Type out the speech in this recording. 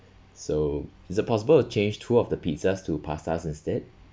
so is it possible to change two of the pizzas to pastas instead